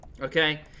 Okay